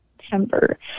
September